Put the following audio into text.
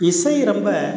இசை ரொம்ப